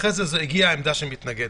אחרי זה הגיעה העמדה שמתנגדת.